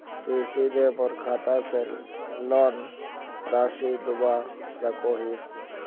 तुई सीधे मोर खाता से लोन राशि लुबा सकोहिस?